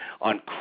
on